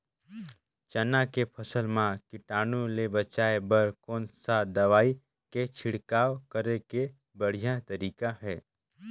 चाना के फसल मा कीटाणु ले बचाय बर कोन सा दवाई के छिड़काव करे के बढ़िया तरीका हे?